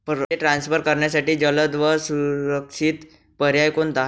पैसे ट्रान्सफर करण्यासाठी जलद व सुरक्षित पर्याय कोणता?